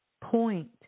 point